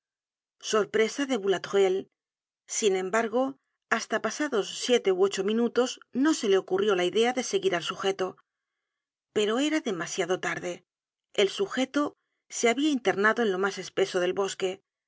sorpresa de boulatruelle sin embargo hasta pasados siete ú ocho minutos no se le ocurrió la idea de seguir al sugeto pero era demasiado tarde el sugeto se habia internado en lo mas espeso del bosque